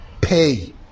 pay